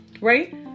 right